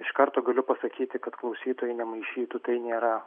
iš karto galiu pasakyti kad klausytojai nemaišytų tai nėra